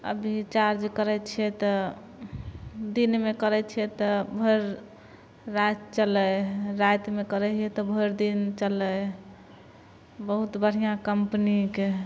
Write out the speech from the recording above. अभी चार्ज करै छियै तऽ दिनमे करै छियै तऽ भरि राति चलै हइ रातिमे करै हइ तऽ भरि दिन चलै हइ बहुत बढ़िऑं कम्पनीके हइ